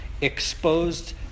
exposed